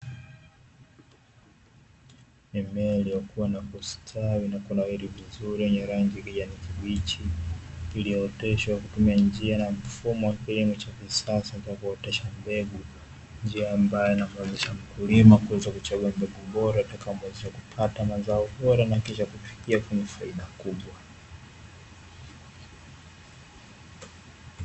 Mimea iliyokuwa na kustawi na kunawili vizuri yenye rangi ya kijani kibichi, iliyooteshwa kwa kutumia njia na mfumo wa kilimo cha kisasa cha kuotesha mbegu, njia ambayo inamwezesha mkulima kuweza kuchagua mbegu bora itakayomwezesha kupata mazao bora na kisha kufikia kwenye faida makubwa.